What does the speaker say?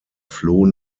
floh